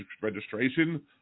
registration